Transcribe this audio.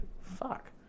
fuck